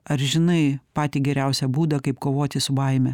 ar žinai patį geriausią būdą kaip kovoti su baime